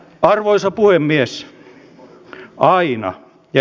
arvoisa herra puhemies